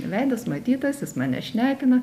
veidas matytas jis mane šnekina